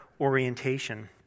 orientation